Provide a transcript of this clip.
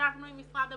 ישבנו עם משרד הבריאות,